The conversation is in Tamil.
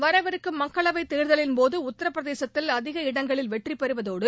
வரவிருக்கும் மக்களவைத் தேர்தலின்போது உத்திரபிரதேசத்தில் அதிக இடங்களில் வெற்றிபெறுவதோடு